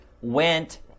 went